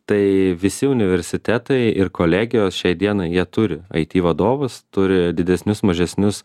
tai visi universitetai ir kolegijos šiai dienai jie turi aiti vadovus turi didesnius mažesnius